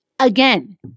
again